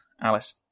Alice